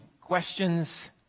questions